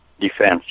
defense